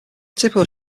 typical